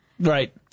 Right